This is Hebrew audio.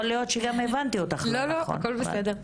יכול להיות שגם הבנתי אותך לא נכון זה גם בסדר.